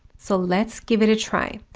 so let's give it a try.